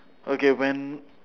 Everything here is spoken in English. okay when